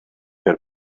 per